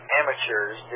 amateurs